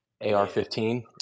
ar-15